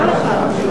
חברת הכנסת זוארץ.